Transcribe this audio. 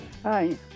Hi